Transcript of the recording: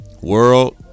world